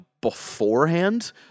beforehand